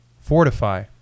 fortify